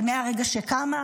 אבל מהרגע שקמה,